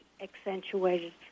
accentuated